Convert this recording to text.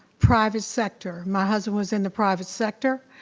private sector. my husband was in the private sector.